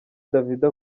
davido